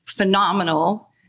phenomenal